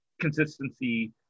consistency